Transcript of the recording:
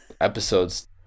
episodes